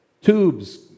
tubes